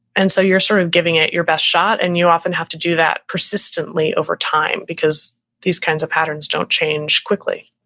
and so you're sort of giving it your best shot and you often have to do that persistently over time because these kinds of patterns don't change quickly